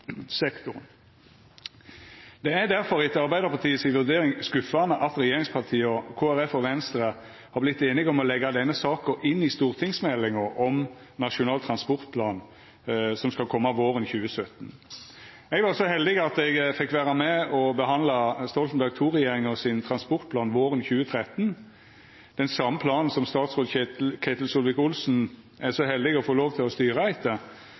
sektoren. Det er difor etter Arbeidarpartiet si vurdering skuffande at regjeringspartia, Kristeleg Folkeparti og Venstre har vorte einige om å leggja denne saka inn i stortingsmeldinga om Nasjonal transportplan, som skal koma våren 2017. Eg var så heldig at eg fekk vera med på å behandla Stoltenberg II-regjeringa sin transportplan våren 2013, den same planen som statsråd Ketil Solvik-Olsen er så heldig å få lov til å styra etter,